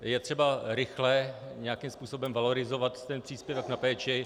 Je třeba rychle nějakým způsobem valorizovat příspěvek na péči.